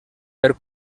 per